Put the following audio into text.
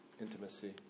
intimacy